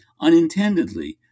unintendedly